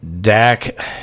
Dak